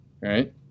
right